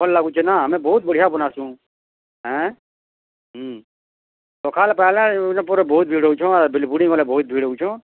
ଭଲ୍ ଲାଗୁଛେ ନା ଆମେ ବହୁତ୍ ବଢ଼ିଆ ବନାସୁଁ ଆଁଏ ହୁଁ ସଖାଲ୍ ପାହେଲେ ପରେ ବହୁତ୍ ଭିଡ଼୍ ହେଉଛୁଁ ଆର୍ ବେଲ୍ ବୁଡ଼ି ଗଲେ ବହୁତ୍ ଭିଡ଼୍ ହେଉଛୁଁ